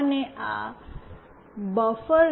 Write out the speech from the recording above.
અને આ બફર